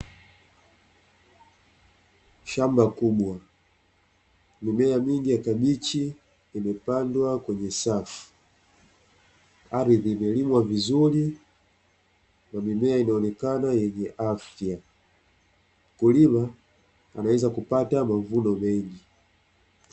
Shamba kubwa mimea mingi ya kabichi imepandwa kwenye safu; aridhi imelimwa vizuri na mimea inaonekana yenye afya mkulima ameweza kupata mavuno mengi.